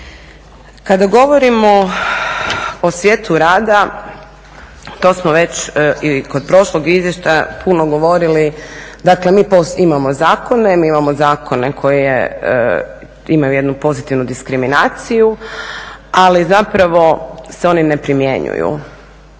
Kada govorimo o svijetu rada, to smo već i kod prošlog izvještaja puno govorili, dakle mi imamo zakone, mi imamo zakone koji imaju jednu pozitivnu diskriminaciju, ali zapravo se oni ne primjenjuju.